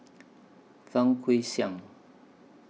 Fang Guixiang